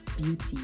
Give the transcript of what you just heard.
beauty